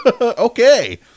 okay